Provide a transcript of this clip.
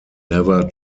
never